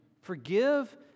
Forgive